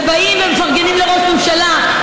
כשבאים ומפרגנים לראש ממשלה,